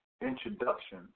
introduction